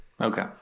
okay